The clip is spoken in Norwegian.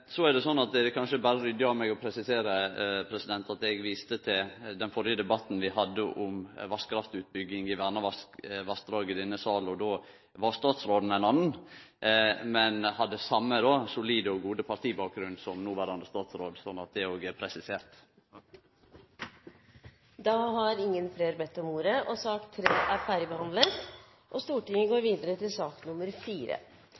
er det ryddig av meg å presisere – då eg viste til den førre debatten vi hadde om vasskraftutbygging i verna vassdrag i denne salen – at den gongen var statsråden ein annan, men hadde same solide og gode partibakgrunn som noverande statsråd – sånn at det òg er presisert. Flere har ikke bedt om ordet til sak nr. 3. Etter ønske fra energi- og